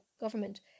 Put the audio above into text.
government